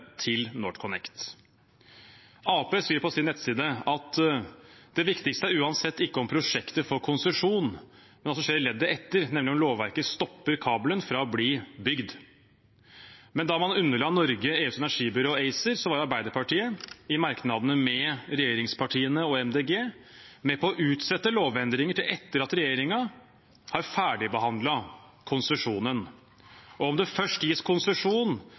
til NorthConnect. Arbeiderpartiet sier på sin nettside at det viktigste er uansett ikke om prosjektet får konsesjon, men hva som skjer i leddet etter, nemlig om lovverket stopper kabelen fra å bli bygd. Men da man underla Norge EUs energibyrå ACER, var Arbeiderpartiet i merknadene, sammen med regjeringspartiene og Miljøpartiet De Grønne, med på å utsette lovendringer til etter at regjeringen har ferdigbehandlet konsesjonen. Om det først gis konsesjon,